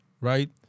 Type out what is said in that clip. right